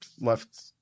Left